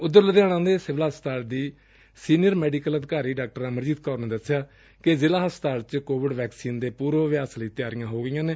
ਉਧਰ ਲੁਧਿਆਣਾ ਦੇ ਸਿਵਲ ਹਸਪਤਾਲ ਦੀ ਸੀਨੀਅਰ ਮੈਡੀਕਲ ਅਧਿਕਾਰੀ ਡਾ ਅਮਰਜੀਤ ਕੌਰ ਨੇ ਦਸਿਆ ਕਿ ਜ਼ਿਲ੍ਹਾ ਹਸਪਤਾਲ ਵਿਚ ਕੋਵਿਡ ਵੈਕਸੀਨ ਦੇ ਪੂਰਵ ਅਭਿਆਸ ਲਈ ਤਿਆਰੀਆਂ ਹੋ ਗਈਆਂ ਨੇ